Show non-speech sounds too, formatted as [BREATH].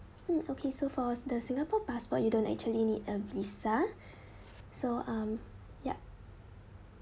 mm okay so for s~ the singapore passport you don't actually need a visa [BREATH] so um yup